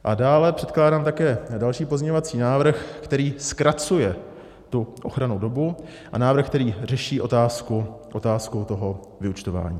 A dále předkládám také další pozměňovací návrh, který zkracuje tu ochrannou dobu, a návrh, který řeší otázku toho vyúčtování.